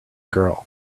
girl